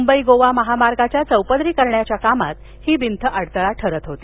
मुंबई गोवा महामार्गाच्या चौपदरीकरणाचे कामात ही भिंत अडथळा ठरत होती